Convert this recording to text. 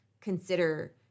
consider